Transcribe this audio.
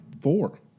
Four